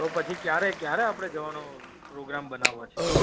તો પછી ક્યારે ક્યારે આપણે જવાનો પ્રોગ્રામ બનાવવો છે